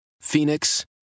Phoenix